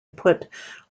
put